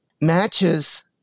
matches